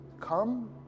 come